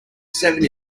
seven